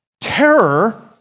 terror